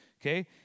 okay